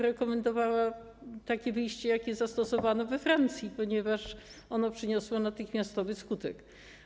rekomendowała takie wyjście, jakie zastosowano we Francji, ponieważ ono przyniosło natychmiastowy skutek.